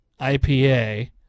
IPA